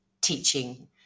teaching